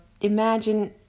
Imagine